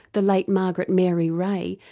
the late margaret mary ray,